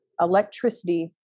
electricity